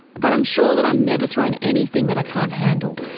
but i'm sure that i'm never thrown anything that i can't handle,